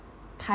ti~